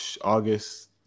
August